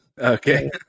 Okay